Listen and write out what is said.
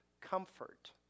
Comfort